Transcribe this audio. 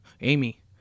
Amy